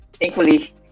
thankfully